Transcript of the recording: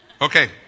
Okay